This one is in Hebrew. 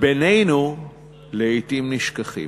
בינינו לעתים נשכחים.